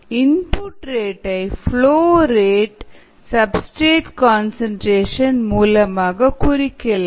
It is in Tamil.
இன்புட் ரேட் டை ப்லோ ரேட் சப்ஸ்டிரேட் கன்சன்ட்ரேஷன் மூலமாக குறிக்கலாம்